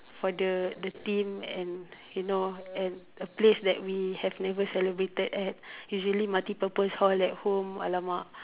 for the the theme and you know and a place that we have never celebrated at usually multi purpose hall at home alamak